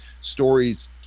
stories